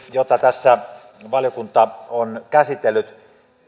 joita tässä valiokunta on käsitellyt